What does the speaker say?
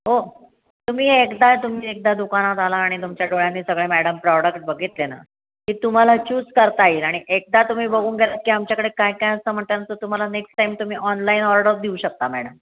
हो तुम्ही एकदा तुम्ही एकदा दुकानात आला आणि तुमच्या डोळ्यांनी सगळे मॅडम प्रॉडक्ट बघितले ना की तुम्हाला चूज करता येईल आणि एकदा तुम्ही बघून गेलात की आमच्याकडे काय काय असं म्हटल्यानंतर तुम्हाला नेक्ट टाईम तुम्ही ऑनलाईन ऑर्डर देऊ शकता मॅडम